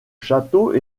château